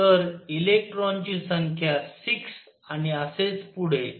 तर इलेक्ट्रॉनची संख्या 6 आणि असेच पुढे